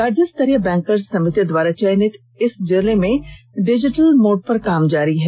राज्य स्तरीय बैंकर्स समिति द्वारा चयनित इस जिले में डिजिटल मोड पर काम जारी है